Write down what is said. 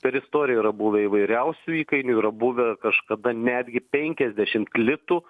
per istoriją yra buvę įvairiausių įkainių yra buvę kažkada netgi penkiasdešimt litų